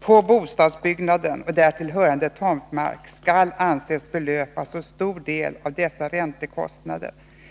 På bostadsbyggnaden och därtill hörande tomtmark skall anses belöpa så stor del av dessa räntekostnader